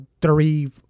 Three